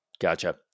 Gotcha